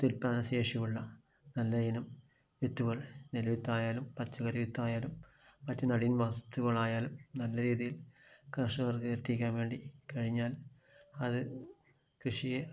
അത്യുല്പാദന ശേഷിയുള്ള നല്ല ഇനം വിത്തുകൾ നെൽ വിത്തായാലും പച്ചക്കറി വിത്തായാലും മറ്റ് നടീൽ വസ്തുക്കളായാലും നല്ല രീതിയിൽ കർഷകർക്ക് എത്തിക്കാൻ വേണ്ടി കഴിഞ്ഞാൽ അത് കൃഷിയെ